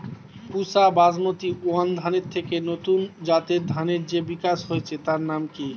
পুসা Basmati one ধানের থেকে নতুন জাতের ধানের যে বিকাশ হয়েছে তার নাম কি?